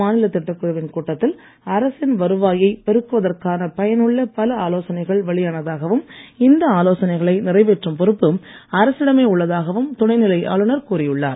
மாநிலத் திட்டக்குழுவின் கூட்டத்தில் அரசின் வருவாயை பெருக்குவதற்கான பயனுள்ள பல ஆலோசனைகள் வெளியானதாகவும் இந்த நிறைவேற்றும் பொறுப்பு அரசிடமே உள்ளதாகவும் துணைநிலை ஆளுநர் கூறியுள்ளார்